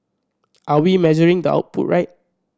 are we measuring the output right